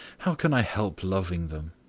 how can i help loving them!